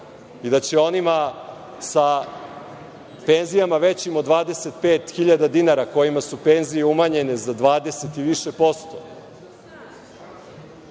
i da će onima sa penzijama većim 25.000 dinara, kojima su penzije umanjene za 20 i više posto,